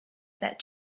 that